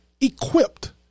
Equipped